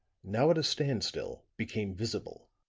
now at a standstill, became visible